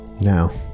now